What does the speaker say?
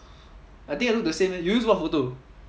I think I look the same eh you use what photo